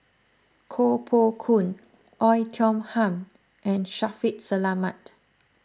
Koh Poh Koon Oei Tiong Ham and Shaffiq Selamat